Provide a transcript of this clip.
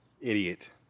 Idiot